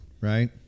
right